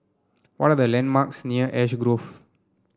what are the landmarks near Ash Grove